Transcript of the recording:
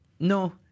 No